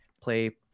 play